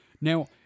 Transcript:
Now